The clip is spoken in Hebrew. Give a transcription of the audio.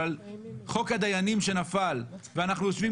אבל חוק הדיינים שנפל ואנחנו יושבים